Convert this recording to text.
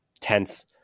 tense